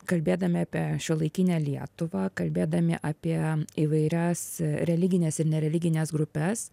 kalbėdami apie šiuolaikinę lietuvą kalbėdami apie įvairias religines ir nereligines grupes